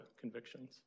convictions